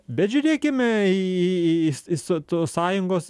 bet žiūrėkime į s s so sąjungos